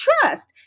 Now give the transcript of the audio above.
trust